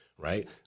Right